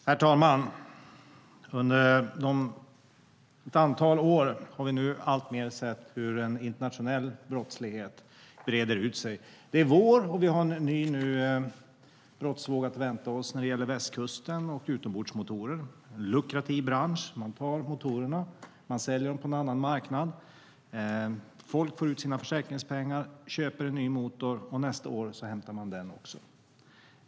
Herr talman! Under ett antal år har vi sett hur en internationell brottslighet breder ut sig. Det är vår, och vi har en ny brottsvåg att vänta när det gäller utombordsmotorer på västkusten. Det är en lukrativ bransch. Man tar motorerna och säljer dem på en annan marknad. Folk får ut sina försäkringspengar och köper en ny motor, men nästa år blir den också stulen.